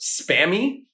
spammy